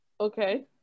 Okay